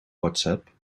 whatsapp